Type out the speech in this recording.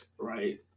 Right